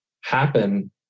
happen